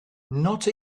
not